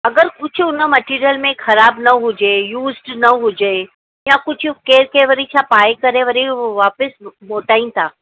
अगरि कुझु उन मटिरियल में ख़राबु न हुजे यूज़ड न हुजे या कुझु केर केर वरी छा पाए करे वरी हुअ वापसि मोटाइनि था